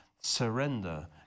surrender